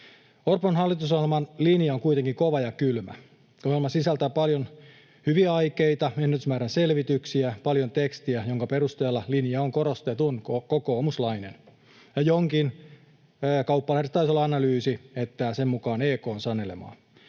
Orpon hallitusohjelman linja on kuitenkin kova ja kylmä. Ohjelma sisältää paljon hyviä aikeita, ennätysmäärän selvityksiä, paljon tekstiä, jonka perusteella linja on korostetun kokoomuslainen, ja Kauppalehdessä taisi olla analyysi, että se on EK:n sanelema,